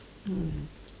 um